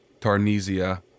Tarnesia